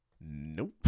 Nope